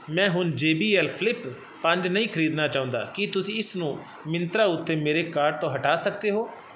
ਮੈਂ ਹੁਣ J B L flip ਪੰਜ ਨਹੀਂ ਖਰੀਦਣਾ ਚਾਹੁੰਦਾ ਕੀ ਤੁਸੀਂ ਇਸ ਨੂੰ ਮਿੰਤਰਾ ਉੱਤੇ ਮੇਰੇ ਕਾਰਟ ਤੋਂ ਹਟਾ ਸਕਦੇ ਹੋ